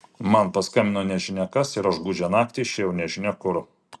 man paskambino nežinia kas ir aš gūdžią naktį išėjau nežinia kur